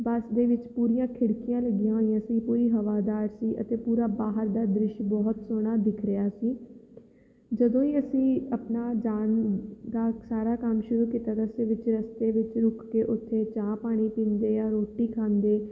ਬੱਸ ਦੇ ਵਿੱਚ ਪੂਰੀਆਂ ਖਿੜਕੀਆਂ ਲੱਗੀਆਂ ਹੋਈਆਂ ਸੀ ਪੂਰੀ ਹਵਾਦਾਰ ਸੀ ਅਤੇ ਪੂਰਾ ਬਾਹਰ ਦਾ ਦ੍ਰਿਸ਼ ਬਹੁਤ ਸੋਹਣਾ ਦਿਖ ਰਿਹਾ ਸੀ ਜਦੋਂ ਹੀ ਅਸੀਂ ਆਪਣਾ ਜਾਣ ਦਾ ਸਾਰਾ ਕੰਮ ਸ਼ੁਰੂ ਕੀਤਾ ਤਾਂ ਉਸ ਦੇ ਵਿੱਚ ਰਸਤੇ ਵਿੱਚ ਰੁਕ ਕੇ ਉੱਥੇ ਚਾਹ ਪਾਣੀ ਪੀਂਦੇ ਆ ਰੋਟੀ ਖਾਂਦੇ